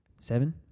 seven